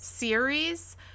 series